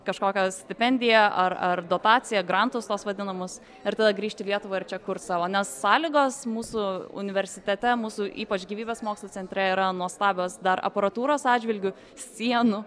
kažkokią stipendiją ar ar dotaciją grantus tuos vadinamus ir tada grįžt į lietuvą ir čia kurt savo nes sąlygos mūsų universitete mūsų ypač gyvybės mokslų centre yra nuostabios dar aparatūros atžvilgiu sienų